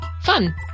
Fun